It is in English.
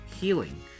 healing